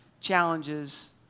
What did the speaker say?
challenges